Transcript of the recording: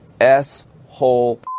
S-hole